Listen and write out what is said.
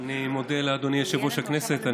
אני מודה לאדוני יושב-ראש הכנסת.